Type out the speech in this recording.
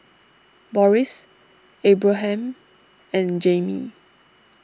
Boris Abraham and Jami